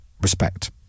respect